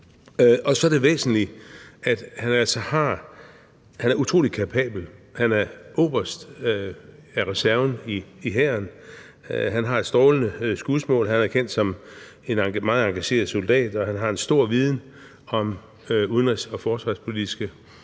andet er det væsentligt, at han altså er utrolig kapabel. Han er oberst af reserven i hæren, han har et strålende skudsmål, han er kendt som en meget engageret soldat, og han har en stor viden om udenrigs- og forsvarspolitiske forhold.